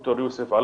ד"ר יוסף,